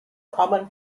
common